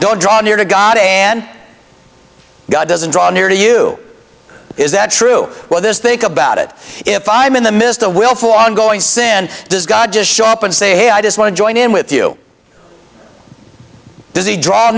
don't draw near to god and god doesn't draw near to you is that true well this think about it if i'm in the midst of willful ongoing sin does god just show up and say hey i just want to join in with you does he draw